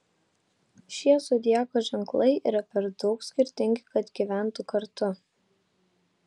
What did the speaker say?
šie zodiako ženklai yra per daug skirtingi kad gyventų kartu